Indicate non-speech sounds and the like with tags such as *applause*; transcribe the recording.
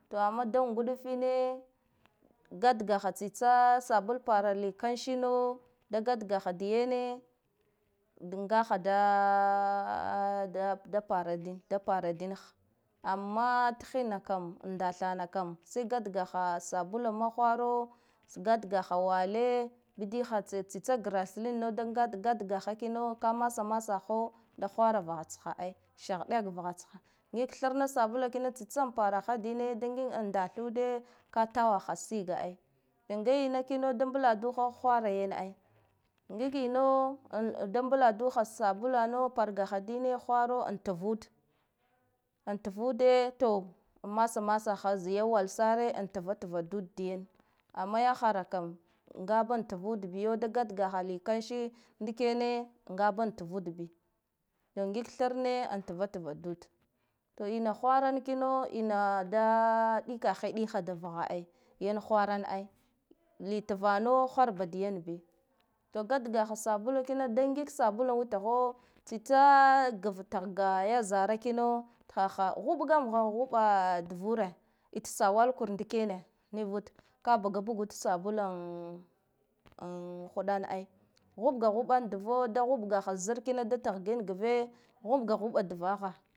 To amma da nguɗufine gatgaha tsitsa sabul para li kamshi no da gatgaho da yane, ngada *hesitation* da para din da para din, amma thinna kam ndatha na kam sai gatgaha sabula mahwara gatgaha wahale bidi ha tsitsa grasilina da gat gatgaho kino ka masa masa ho da hwara vaha tsha ai, shahdeh vaha tsha ngig thrna sabula kino tsitsan paraha dine ba ngig ndathude ka tawaha siga ai, da ino kino da mbla duha hwara yan ai ngig ina da mbladuha sabulana pargaha dine hwaro an tuvud an tuvude to, masa masaha zai wal sare an tvatva ud da yan amma yahana kam ngaba tuvud biyo da gatgaha li kamshiye ndike ne nga tuvud ngi tharne an tiva tva ude to ina hwarankino ina da ɗikahe ɗika da vaha ai, yan hwaran ai li tiuvanna hwarab da yan bi gadgaha sabula kino da ngig sabula witha tsitsa gav tah ga ya zara kino tahaha huɓam ga haɓa duvure ita sawa la kur ndikene nivud ka buga bugud sabula an hula ai ɦuɓga huɓama dubo huɓgaha zar kino da tah gin gre huɓga huɓa duvaha.